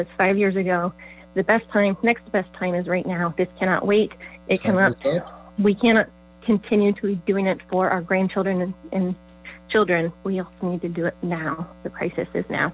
was five years ago the best time next best time is right now this cannot wait it can we cannot continue to be doing it for our grandchildren and children we need to do it now the cri